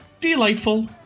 Delightful